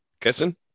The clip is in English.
kissing